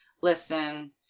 listen